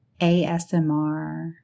ASMR